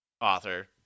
author